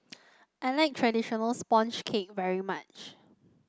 I like traditional sponge cake very much